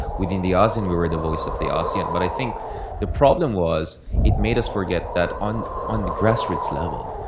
within the ah asean, we were the voice of the ah asean. but i think the problem was that it made us forget that on on the grassroots level,